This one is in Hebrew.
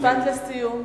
משפט סיום בבקשה.